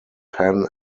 pen